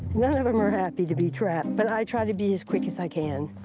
none of them are happy to be trapped, but i try to be as quick as i can.